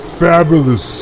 fabulous